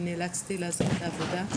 אני נאלצתי לעזוב את העבודה.